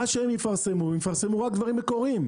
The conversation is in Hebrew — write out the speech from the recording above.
מה שהם יפרסמו, הם יפרסמו רק דברים מקוריים.